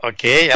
Okay